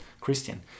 Christian